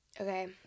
Okay